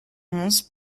onze